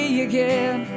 again